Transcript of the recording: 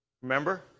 Remember